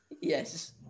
yes